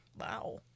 wow